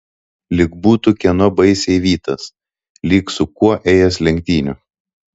lyg būtų kieno baisiai vytas lyg su kuo ėjęs lenktynių